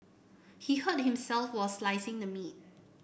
he hurt himself were slicing the meat